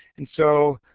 and so